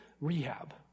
rehab